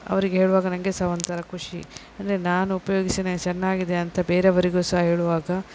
ಅವರಿಗೆ ಹೇಳುವಾಗ ನನಗೆ ಸಹ ಒಂಥರ ಖುಷಿ ಅಂದರೆ ನಾನು ಉಪಯೋಗಿಸಿದೆ ಚೆನ್ನಾಗಿದೆ ಅಂತ ಬೇರೇವರಿಗೂ ಸಹ ಹೇಳುವಾಗ